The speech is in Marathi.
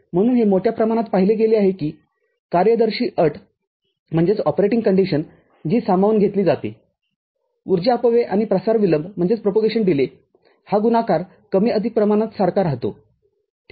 म्हणून हे मोठ्या प्रमाणात पाहिले गेले आहे की कार्यदर्शी अटजी सामावून घेतली जातेऊर्जा अपव्यय आणि प्रसार विलंब हा गुणाकार कमी अधिक प्रमाणात सारखा राहतो ठीक आहे